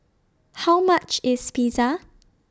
How much IS Pizza